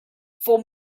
for